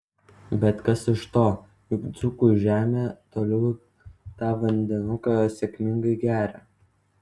bet kas iš to juk dzūkų žemė toliau tą vandenuką sėkmingai geria